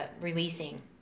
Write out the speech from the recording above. releasing